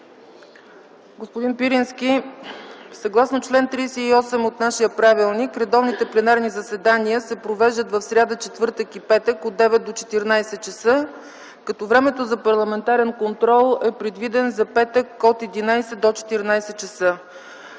Господин Пирински, съгласно чл. 38 от нашия правилник редовните пленарни заседания се провеждат в сряда, четвъртък и петък от 9 до 14 ч., като времето за парламентарен контрол е предвидено за петък от 11 до 14 ч.